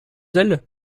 elle